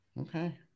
Okay